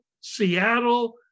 Seattle